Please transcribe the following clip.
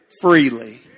freely